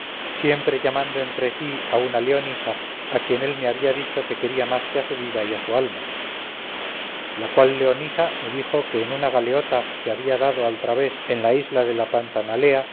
siempre llamando entre sí a una leonisa a quien él me había dicho que quería más que a su vida y a su alma la cual leonisa me dijo que en una galeota que había dado al través en la isla de la pantanalea